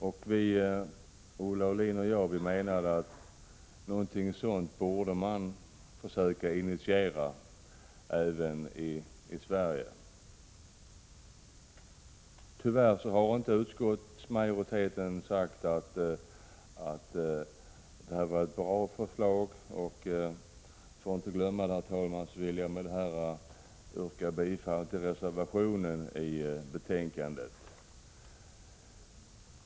Olle Aulin och jag menar att något sådant borde man försöka initiera även i Sverige. Men tyvärr har utskottsmajoriteten inte ansett att detta var ett bra förslag. För att inte glömma bort det, herr talman, vill jag nu yrka bifall till reservationen i betänkandet.